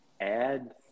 add